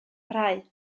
parhau